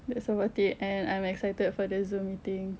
that's about it and I'm excited for the zoom meeting